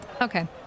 Okay